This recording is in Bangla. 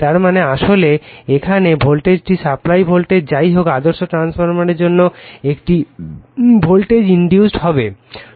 তার মানে আসলে এখানে ভোল্টটি সাপ্লাই ভোল্টেজ যাইহোক আদর্শ ট্রান্সফরমারের জন্য একটি ভোল্টেজ ইনডিউসড হবে